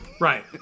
Right